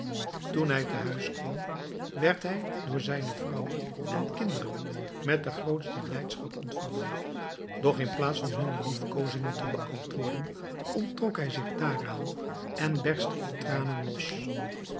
toen hij te huis kwam werd hij door zijne vrouw en kinderen met de grootste blijdschap ontvangen doch in plaats van hunne liefkozingen te beantwoorden onttrok hij zich daaraan en berstte in tranen los